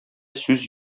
сүз